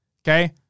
Okay